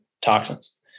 toxins